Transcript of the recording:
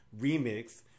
remix